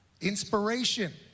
Inspiration